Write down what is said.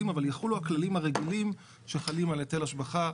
ההסדר רטרואקטיבית.